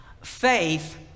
Faith